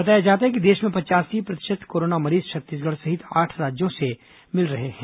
बताया जाता है कि देश में पचयासी प्रतिशत कोरोना मरीज छत्तीसगढ़ सहित आठ राज्यों से मिल रहे हैं